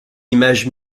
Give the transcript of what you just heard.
image